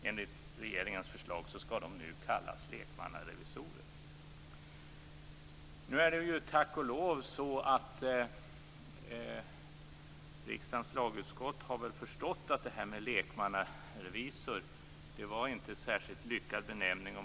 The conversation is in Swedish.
Enligt regeringens förslag skall de nu kallas lekmannarevisorer. Nu har riksdagens lagutskott tack och lov förstått att "lekmannarevisor" inte är en särskilt lyckad benämning.